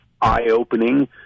eye-opening